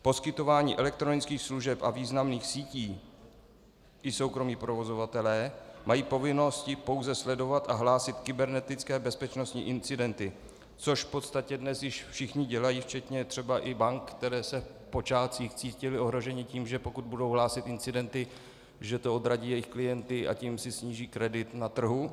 Poskytování elektronických služeb a významných sítí, i soukromí provozovatelé, mají povinnost pouze sledovat a hlásit kybernetické bezpečnostní incidenty, což v podstatě dnes již všichni dělají, třeba včetně i bank, které se v počátcích cítily ohroženy tím, že pokud budou hlásit incidenty, odradí to jejich klienty, a tím si sníží kredit na trhu.